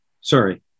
sorry